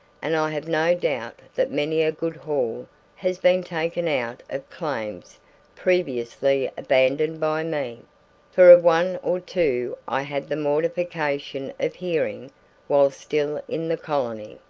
and i have no doubt that many a good haul has been taken out of claims previously abandoned by me for of one or two i had the mortification of hearing while still in the colony.